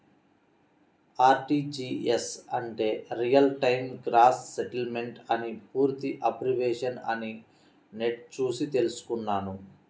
RTGS అంటే real time gross settlement అని పూర్తి అబ్రివేషన్ అని నెట్ చూసి తెల్సుకున్నాను